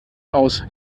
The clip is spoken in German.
aus